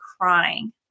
crying